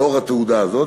לאור התעודה הזאת,